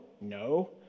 No